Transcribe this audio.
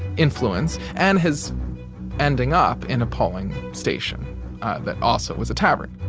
influence and his ending up in a polling station that also was a tavern